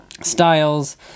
styles